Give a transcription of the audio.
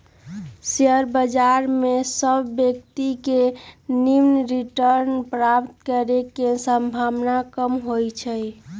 share बजार में सभ व्यक्तिय के निम्मन रिटर्न प्राप्त करे के संभावना कम होइ छइ